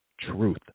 truth